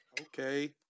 Okay